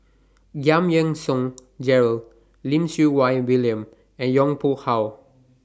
Giam Yean Song Gerald Lim Siew Wai William and Yong Pung How